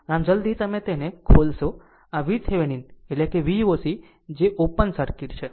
આમ જલદી તમે તેને ખોલશો આ VThevenin એટલે Voc જે ઓપન સર્કિટ છે